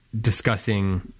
discussing